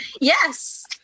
Yes